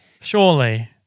Surely